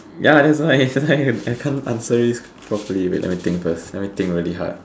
ya that's why that's why I can't answer this properly wait let me think first let me think very hard